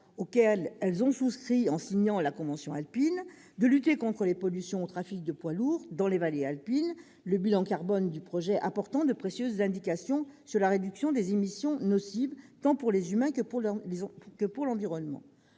auxquels elles ont souscrit en signant la convention alpine ; de lutter contre les pollutions liées au trafic de poids lourds dans les vallées alpines- le bilan carbone du projet apporte de précieuses indications sur la réduction des émissions nocives tant pour les humains que pour l'environnement